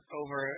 over